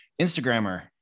Instagrammer